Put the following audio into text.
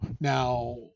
Now